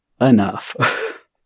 enough